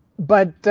but